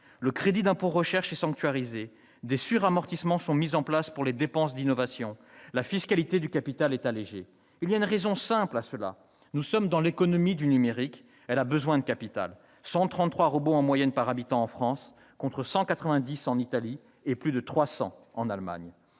Le crédit d'impôt recherche est sanctuarisé, des suramortissements sont mis en place pour les dépenses d'innovation, la fiscalité du capital est allégée. Ces décisions s'expliquent par une raison simple : nous sommes dans l'économie du numérique, et celle-ci a besoin de capital. Or on compte 133 robots en moyenne par habitant en France, contre 190 en Italie et plus de 300 en Allemagne